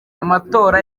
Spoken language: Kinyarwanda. amatora